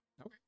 Okay